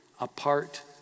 apart